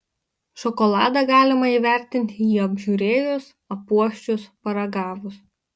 šokoladą galima įvertinti jį apžiūrėjus apuosčius paragavus